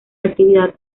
actividad